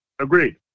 Agreed